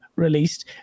released